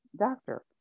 doctor